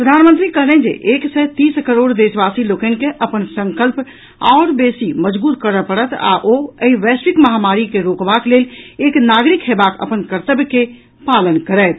प्रधानमंत्री कहलनि जे एक सय तीस करोड़ देशवासी लोकनि के अपन संकल्प आओर बेसी मजगूत करऽ पड़त आ ओ एहि वैश्विक महामारी के रोकबाक लेल एक नागरिक होयबाक अपन कर्तव्य के पालन करथि